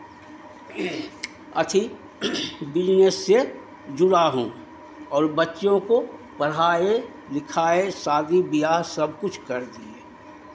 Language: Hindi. अथी बिज़नेस से जुड़ा हूँ और बच्चों को पढ़ाए लिखाए शादी बियाह सबकुछ कर दिए